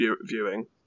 viewing